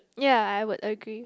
ya I would agree